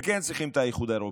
וכן צריכים את האיחוד האירופי,